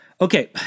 Okay